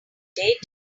did